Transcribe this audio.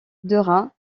dora